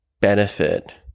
benefit